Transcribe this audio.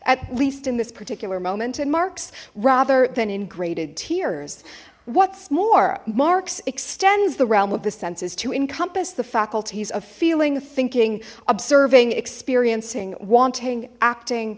at least in this particular moment in marx rather than in graded tears what's more marx extends the realm of the senses to encompass the faculties of feeling thinking observing experiencing wanting acting